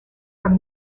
from